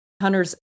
Hunter's